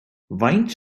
faint